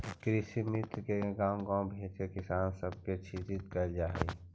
कृषिमित्र के गाँव गाँव भेजके किसान सब के शिक्षित कैल जा हई